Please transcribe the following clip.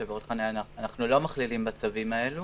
כשעבירות חניה אנחנו לא כוללים בצווים האלה,